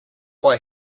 why